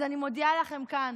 אז אני מודיעה לכם כאן